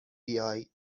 بیای